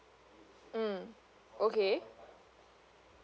mm okay